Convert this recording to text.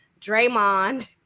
Draymond